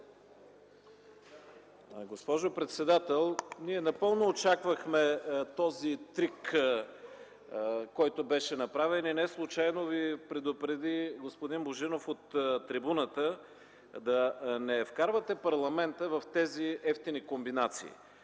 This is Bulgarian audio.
Госпожо председател, ние напълно очаквахме този трик, който беше направен. Неслучайно Ви предупреди господин Божинов от трибуната да не вкарвате парламента в тези евтини комбинации.